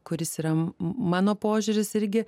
kuris yra mano požiūris irgi